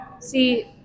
See